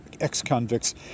ex-convicts